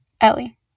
Ellie